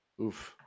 Oof